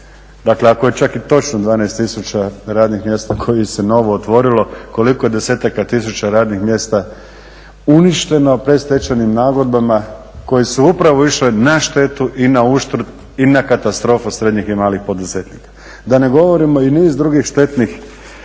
Dakle, ako je čak i točno 12 tisuća radnih mjesta kojih se novootvorilo koliko je desetaka tisuća radnih mjesta uništeno predstečajnim nagodbama koje su upravo išle na štetu i na uštrb, i na katastrofu srednjih i malih poduzetnika. Da ne govorimo i niz drugih štetnih